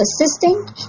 assisting